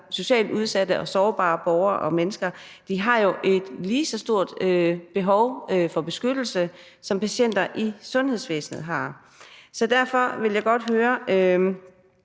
Socialt udsatte og sårbare borgere og mennesker har jo et lige så stort behov for beskyttelse, som patienter i sundhedsvæsenet har. Derfor vil jeg godt høre,